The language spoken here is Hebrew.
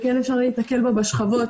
ואפשר להיתקל בה בשכבות,